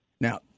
Now